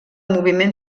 moviment